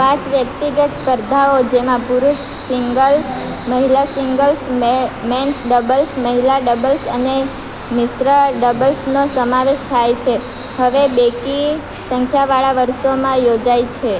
પાંચ વ્યક્તિગત સ્પર્ધાઓ જેમાં પુરૂષ સિંગલ્સ મહિલા સિંગલ્સ મેન્સ ડબલ્સ મહિલા ડબલ્સ અને મિશ્ર ડબલ્સનો સમાવેશ થાય છે હવે બેકી સંખ્યાવાળા વર્ષોમાં યોજાય છે